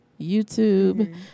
YouTube